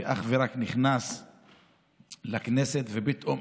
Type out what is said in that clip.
שאך נכנס לכנסת ופתאום